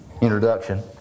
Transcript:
introduction